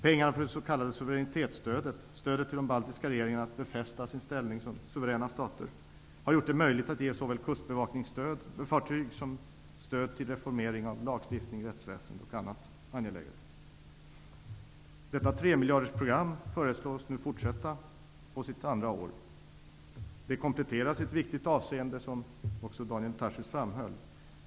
Pengar för det s.k. suveränitetsstödet -- stödet till de baltiska regeringarna att befästa sin ställning som suveräna stater -- har gjort det möjligt att ge stöd till såväl kustbevakningsfartyg som reformering av lagstiftning, rättsväsende och annat angeläget. Detta tremiljardersprogram föreslås nu fortsätta på sitt andra år. Det kompletteras i ett viktigt avseende, vilket också Daniel Tarschys framhöll.